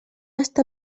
està